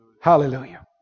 Hallelujah